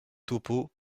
topeau